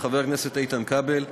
של חבר הכנסת איתן כבל,